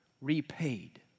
Repaid